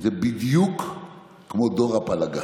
זה בדיוק כמו דור הפלגה.